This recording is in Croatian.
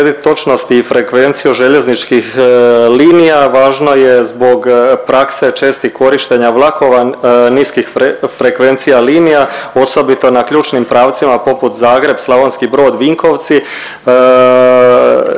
točnost i frekvenciju željezničkih linija važno je zbog prakse čestih korištenja vlakova niskih frekvencija linija osobito na ključnim pravcima poput Zagreb-Slavonski Brod-Vinkovci.